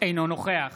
אינו נוכח